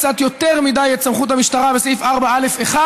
קצת יותר מדי את סמכות המשטרה בסעיף 4א(1).